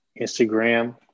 Instagram